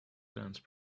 dance